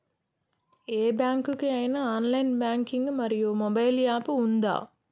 ఏ bank కి ఐనా online banking మరియు మొబైల్ యాప్ ఉందా?